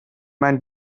mijn